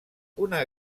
una